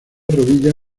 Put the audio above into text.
rodilla